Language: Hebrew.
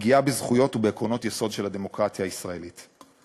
הפגיעה בזכויות ובעקרונות היסוד של הדמוקרטיה הישראלית.